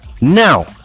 now